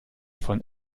von